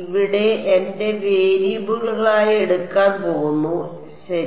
ഇവിടെ എന്റെ വേരിയബിളായി എടുക്കാൻ പോകുന്നു ശരി